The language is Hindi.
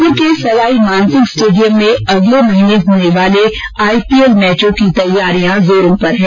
जयपुर के सवाईमानसिंह स्टेडियम में अगले महीने होने वाले आईपीएल मैचों की तैयारियां जोरों पर है